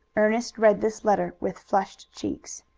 ernest read this letter with flushed cheeks.